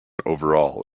overall